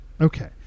okay